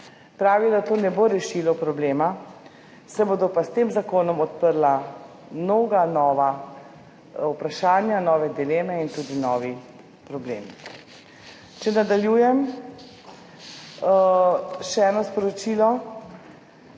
Pravijo, da to ne bo rešilo problema. Se bodo pa s tem zakonom odprla mnoga nova vprašanja, nove dileme in tudi novi problemi. Če nadaljujem še eno sporočilo: